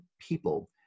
people